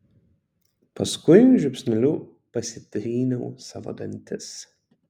paskui žiupsneliu pasitryniau savo dantis